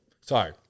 sorry